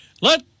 Let